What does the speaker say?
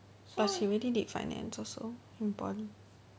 plus he already did finance also in poly